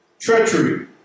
treachery